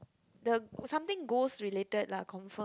the something ghost related lah confirm